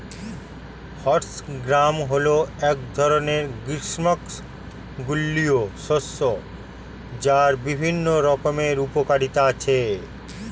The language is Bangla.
হর্স গ্রাম হল এক ধরনের গ্রীষ্মমণ্ডলীয় শস্য যার বিভিন্ন রকমের উপকারিতা আছে